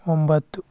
ಒಂಬತ್ತು